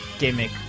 gimmick